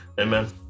Amen